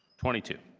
twenty two,